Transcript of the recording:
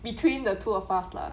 between the two of us lah